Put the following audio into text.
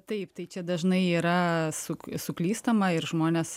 taip tai čia dažnai yra suk suklystama ir žmonės